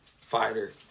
Fighter